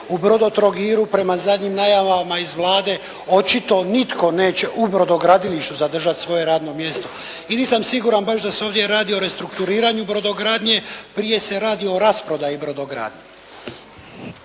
u "Brodo-Trogiru" prema zadnjim najavama iz Vlade, očito nitko neće u brodogradilištu zadržati svoje rano mjesto. I nisam siguran baš da se ovdje radi o restrukturiranju brodogradnje, prije se radi o rasprodaji brodogradnje.